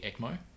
ECMO